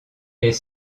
est